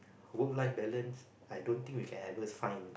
work life balance I don't think we can ever find